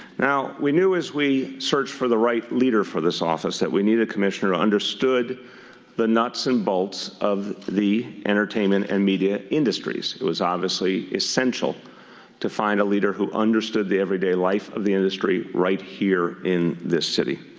now we knew as we searched for the right leader for this office that we needed a commissioner who understood the nuts and bolts of the entertainment and media industries. it was obviously essential to find a leader who understood the everyday life of the industry right here in this city.